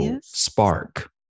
spark